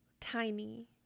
tiny